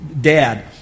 dad